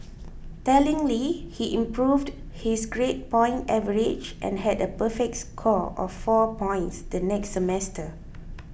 tellingly he improved his grade point average and had a perfect score of four points the next semester